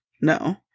no